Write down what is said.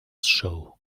show